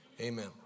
amen